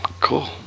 Cool